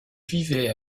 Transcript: vivait